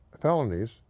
felonies